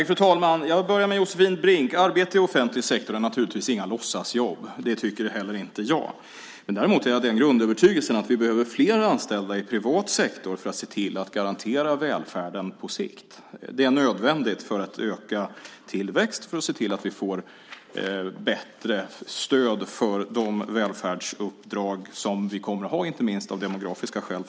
Fru talman! Jag börjar med Josefin Brinks inlägg. Arbete i offentlig sektor är naturligtvis inga låtsasjobb; det tycker inte heller jag. Däremot är jag av grundövertygelsen att vi behöver fler anställda i privat sektor för att se till att garantera välfärden på sikt. Det är nödvändigt för att öka tillväxt och för att se till att vi får bättre stöd för de välfärdsuppdrag som vi kommer att ha framöver, inte minst av demografiska skäl.